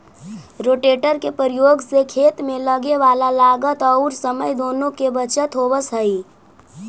rotator के प्रयोग से खेत में लगे वाला लागत औउर समय दुनो के बचत होवऽ हई